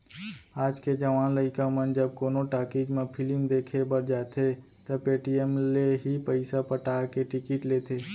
आज के जवान लइका मन जब कोनो टाकिज म फिलिम देखे बर जाथें त पेटीएम ले ही पइसा पटा के टिकिट लेथें